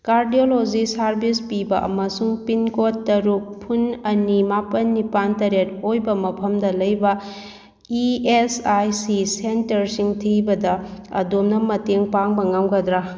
cardiology service ꯄꯤꯕ ꯑꯃꯁꯨꯡ pin code ꯇꯔꯨꯛ ꯐꯨꯟ ꯑꯅꯤ ꯃꯥꯄꯜ ꯅꯤꯄꯥꯜ ꯇꯔꯦꯠ ꯑꯣꯏꯕ ꯃꯐꯝꯗ ꯂꯩꯕ ꯏ ꯑꯦꯁ ꯑꯥꯏ ꯁꯤ ꯁꯦꯟꯇꯔꯁꯤꯡ ꯊꯤꯕꯗ ꯑꯗꯣꯝꯅ ꯃꯇꯦꯡ ꯄꯥꯡꯕ ꯉꯝꯒꯗ꯭ꯔꯥ